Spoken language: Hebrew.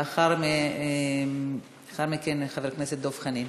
ולאחר מכן, חבר הכנסת דב חנין.